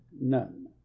none